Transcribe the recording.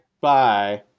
bye